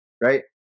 right